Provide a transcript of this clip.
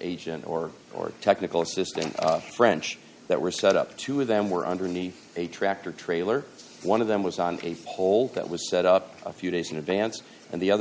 agent or or technical assistant french that were set up two of them were underneath a tractor trailer one of them was on a pole that was set up a few days in advance and the other